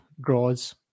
draws